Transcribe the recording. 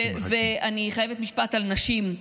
ואני חייבת משפט על נשים.